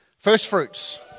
Firstfruits